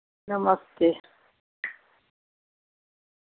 नमस्ते